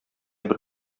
бер